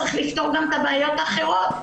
צריך לפתור גם את הבעיות האחרות.